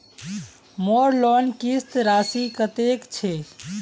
मोर लोन किस्त राशि कतेक छे?